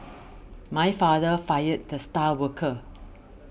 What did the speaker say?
my father fired the star worker